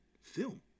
film